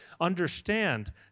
understand